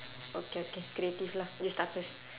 okay okay creative lah you start first